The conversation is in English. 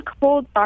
cold